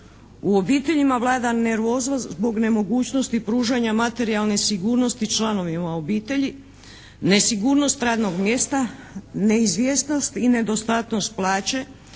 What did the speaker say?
U obiteljima vlada nervoza zbog nemogućnosti pružanja materijalne sigurnosti članovima obitelji, nesigurnost radnog mjesta, neizvjesnost i nedostatnost plaće,